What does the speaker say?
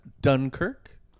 dunkirk